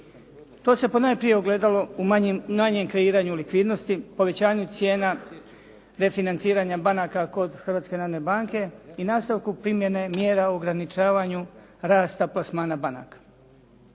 To se ponajprije ogledalo u manjem kreiranju likvidnosti, povećanju cijena, refinanciranja banaka kod Hrvatske narodne banke i nastavku primjene mjera o ograničavanju rasta plasmana banaka.